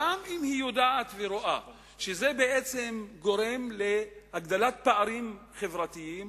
גם אם היא יודעת ורואה שזה גורם להגדלת פערים חברתיים,